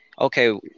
okay